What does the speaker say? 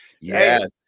Yes